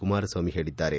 ಕುಮಾರಸ್ವಾಮಿ ಹೇಳಿದ್ದಾರೆ